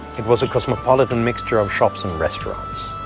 it was a cosmopolitan mixture of shops and restaurants.